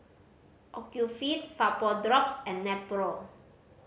Ocuvite Vapodrops and Nepro